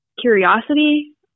curiosity